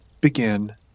begin